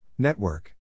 Network